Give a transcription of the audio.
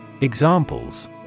Examples